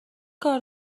کار